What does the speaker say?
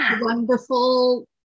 wonderful